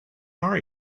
are